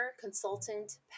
consultant